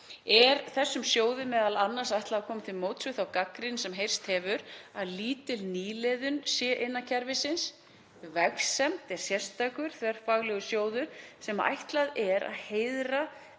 Er þessum sjóði m.a. ætlað að koma til móts við þá gagnrýni sem heyrst hefur að lítil nýliðun sé innan kerfisins. Vegsemd er sérstakur þverfaglegu sjóður sem ætlað er að heiðra